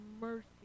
mercy